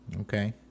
Okay